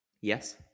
Yes